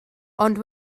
ond